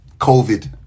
covid